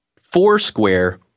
Foursquare